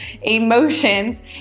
emotions